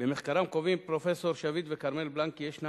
במחקרם קובעים פרופסור שביט וכרמל בלנק כי ישנה